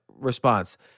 response